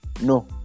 No